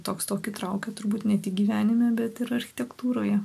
toks tokį traukia turbūt ne tik gyvenime bet ir architektūroje